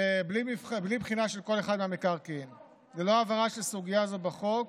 בלי בחינה של כל אחד מהמקרקעין וללא העברה של סוגיה זאת בחוק,